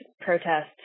protests